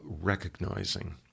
recognizing